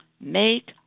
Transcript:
Make